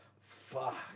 fuck